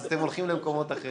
אז אתם הולכים למקומות אחרים.